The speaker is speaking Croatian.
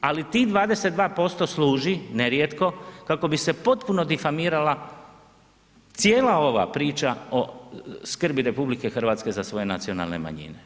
Ali tih 22% služit nerijetko kako bi se potpuno difamirala cijela ova priča o skrbi RH za svoje nacionalne manjine.